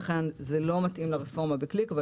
לכן זה לא מתאים לרפורמה בקליק אבל